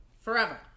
forever